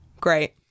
Great